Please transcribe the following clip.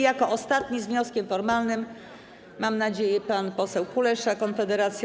Jako ostatni z wnioskiem formalnym, mam nadzieję, pan poseł Kulesza, Konfederacja.